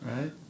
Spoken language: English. Right